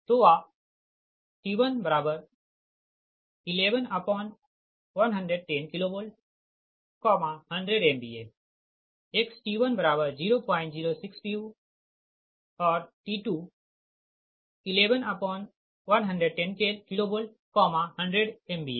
तोT111110 kV 100 MVA xT1006 pu और T211110 kV100MVA xT2006 pu